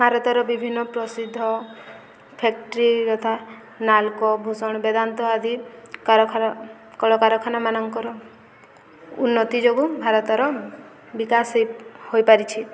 ଭାରତର ବିଭିନ୍ନ ପ୍ରସିଦ୍ଧ ଫ୍ୟାକ୍ଟ୍ରି ଯଥା ନାଲକୋ ଭୂଷଣ ବେଦାନ୍ତ ଆଦି କାରଖ କଳକାରଖାନାମାନଙ୍କର ଉନ୍ନତି ଯୋଗୁଁ ଭାରତର ବିକାଶ ହେଇ ହୋଇପାରିଛି